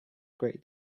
great